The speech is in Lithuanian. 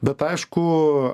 bet aišku